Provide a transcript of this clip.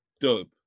dope